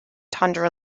tundra